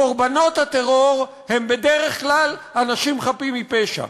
קורבנות הטרור הם בדרך כלל אנשים חפים מפשע,